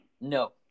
No